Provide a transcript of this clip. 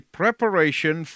preparation